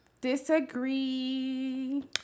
Disagree